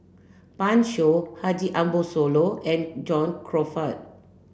Pan Shou Haji Ambo Sooloh and John Crawfurd